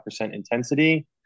intensity